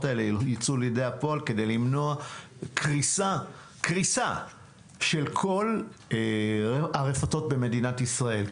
האלה יצאו אל הפועל כדי למנוע קריסה של כל הרפתות במדינת ישראל.